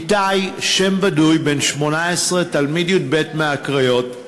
איתי, שם בדוי, בן 18, תלמיד י"ב מהקריות: